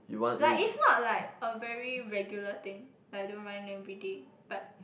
like is not like a very regular thing like don't run everyday but